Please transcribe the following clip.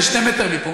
זה שני מטר מפה,